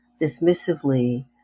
dismissively